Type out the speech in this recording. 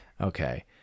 Okay